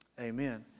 Amen